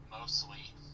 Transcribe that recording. mostly